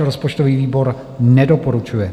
Rozpočtový výbor nedoporučuje.